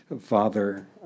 Father